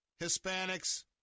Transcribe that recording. hispanics